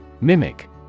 Mimic